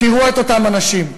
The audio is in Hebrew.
תראו את אותם אנשים,